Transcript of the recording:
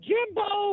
Jimbo